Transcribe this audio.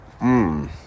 Mmm